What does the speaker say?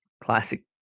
classic